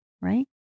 right